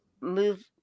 move